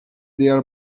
diğer